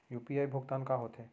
UPI भुगतान का होथे?